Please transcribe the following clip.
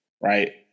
right